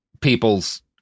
people's